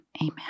Amen